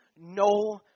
No